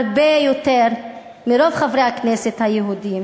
הרבה יותר מרוב חברי הכנסת היהודים